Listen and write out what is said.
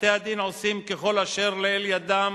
בתי-הדין עושים ככל אשר לאל ידם